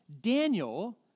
Daniel